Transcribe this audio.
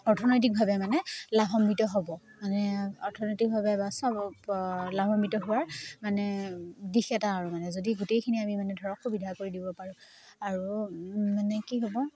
অৰ্থনৈতিকভাৱে মানে লাভাম্বিত হ'ব মানে অৰ্থনৈতিকভাৱে বা চব লাভাম্বিত হোৱাৰ মানে দিশ এটা আৰু মানে যদি গোটেইখিনি আমি মানে ধৰক সুবিধা কৰি দিব পাৰোঁ আৰু মানে কি হ'ব